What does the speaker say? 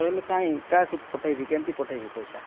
ତ ହେଲେ କାଇଁ କାହାକୁ ପଠେଇବି କେନ୍ତି ପଠେଇବି ପଇସା